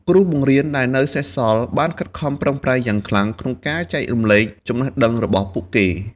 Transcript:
គ្រូបង្រៀនដែលនៅសេសសល់បានខិតខំប្រឹងប្រែងយ៉ាងខ្លាំងក្នុងការចែករំលែកចំណេះដឹងរបស់ពួកគេ។